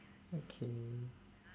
okay